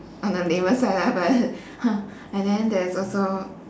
on the lamer side lah but and then there's also